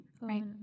Right